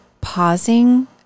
pausing